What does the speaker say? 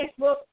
Facebook